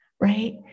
right